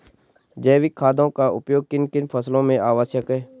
जैविक खादों का उपयोग किन किन फसलों में आवश्यक है?